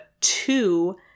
two